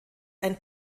ein